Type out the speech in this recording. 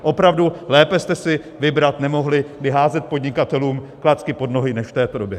Opravdu lépe jste si vybrat nemohli, kdy házet podnikatelům klacky pod nohy, než v této době.